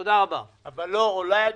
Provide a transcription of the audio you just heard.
אדוני,